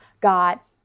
got